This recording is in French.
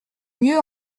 mieux